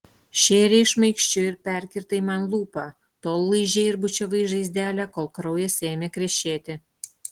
šėrei šmaikščiu ir perkirtai man lūpą tol laižei ir bučiavai žaizdelę kol kraujas ėmė krešėti